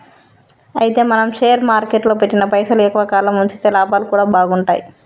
అయితే మనం షేర్ మార్కెట్లో పెట్టిన పైసలు ఎక్కువ కాలం ఉంచితే లాభాలు కూడా బాగుంటాయి